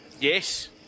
Yes